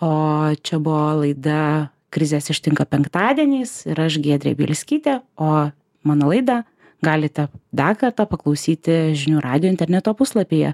o čia buvo laida krizės ištinka penktadieniais ir aš giedrė bielskytė o mano laidą galite dar kartą paklausyti žinių radijo interneto puslapyje